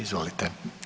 Izvolite.